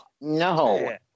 No